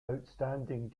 outstanding